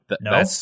No